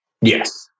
Yes